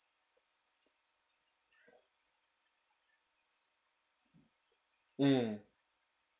mm